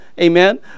amen